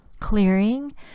Clearing